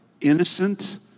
innocent